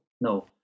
No